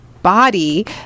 body